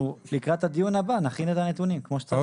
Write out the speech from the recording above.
לקראת הדיון הבא נכין את הנתונים כמו שצריך,